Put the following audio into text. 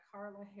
Carla